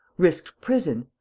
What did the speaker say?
risked prison.